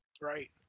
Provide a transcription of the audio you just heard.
right